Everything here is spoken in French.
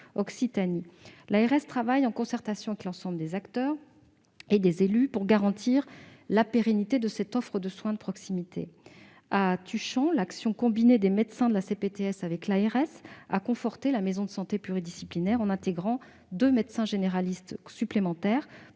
(ARS) travaille en concertation avec l'ensemble des acteurs et des élus pour garantir la pérennité d'une offre de soins de proximité. À Tuchan, l'action combinée des médecins de la CPTS et de l'ARS a conforté la maison de santé pluridisciplinaire, en intégrant deux médecins généralistes supplémentaires